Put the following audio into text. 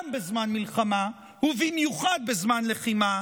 גם בזמן מלחמה ובמיוחד בזמן לחימה,